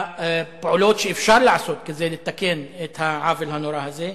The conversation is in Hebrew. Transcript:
והפעולות שאפשר לעשות כדי לתקן את העוול הנורא הזה.